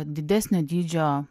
didesnio dydžio